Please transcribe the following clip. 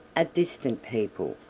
a distant people,